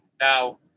Now